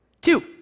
Two